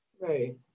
Right